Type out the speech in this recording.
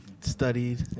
Studied